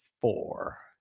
four